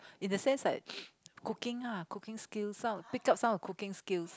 in the sense like cooking ah cooking skills some pick up some of cooking skills